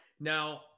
Now